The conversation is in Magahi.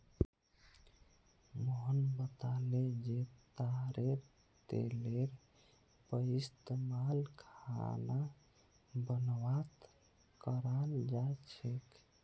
मोहन बताले जे तारेर तेलेर पइस्तमाल खाना बनव्वात कराल जा छेक